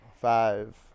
Five